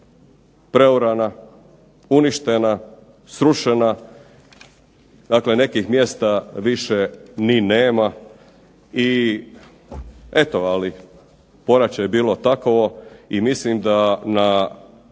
preorana, uništena, srušena. Dakle, nekih mjesta više ni nema i eto, ali poraće je bilo takovo i mislim da na